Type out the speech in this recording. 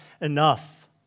enough